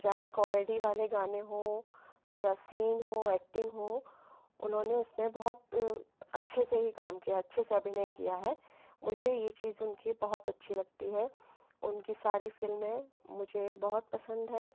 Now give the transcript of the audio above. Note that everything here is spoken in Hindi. चाहे कॉमेडी वाले गाने हों या सीन हो एक्टिंग हो उन्होंने उसमें बहुत अच्छे से ही काम किया है अच्छे से ही अभिनय किया है मुझे ये चीज़ उनकी बहुत अच्छी लगती है उनकी सारी फ़िल्में मुझे बहुत पसंद है